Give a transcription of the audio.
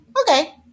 Okay